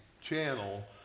channel